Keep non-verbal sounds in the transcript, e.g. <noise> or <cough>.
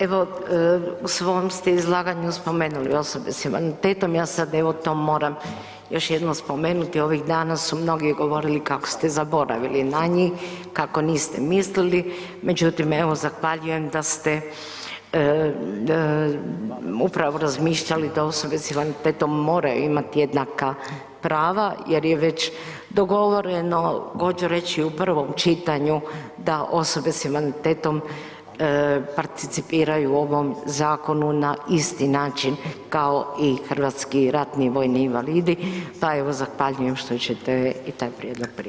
Evo, u svom ste izlaganju spomenuli osobe s invaliditetom, ja sad evo to moram još jednom spomenuti, ovih dana su mnogi govorili kako ste zaboravili na njih, kako niste mislili, međutim, evo, zahvaljujem da ste upravo razmišljali da osobe s invaliditetom moraju imati jednaka prava jer je već dogovoreno, ... <unintelligible> u prvom čitanju da osobe s invaliditetom participiraju ovom zakonu na isti način kao hrvatski ratni vojni invalidi, pa evo zahvaljujem što ćete i taj prijedlog prihvatiti.